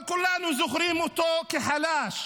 אבל כולנו זוכרים אותו כחלש.